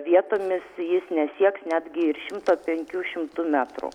vietomis jis nesieks netgi ir šimto penkių šimtų metrų